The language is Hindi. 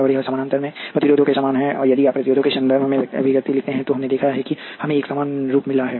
और यह समानांतर में प्रतिरोधों के समान है यदि आप प्रतिरोधों के संदर्भ में अभिव्यक्ति लिखते हैं तो हमने देखा कि हमें एक समान रूप मिला है